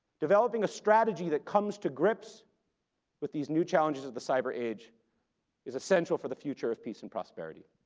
developing a strategy that comes to grips with these new challenges of the cyber age is essential for the future of peace and prosperity.